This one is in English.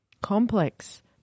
Complex